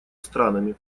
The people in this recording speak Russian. странами